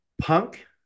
Punk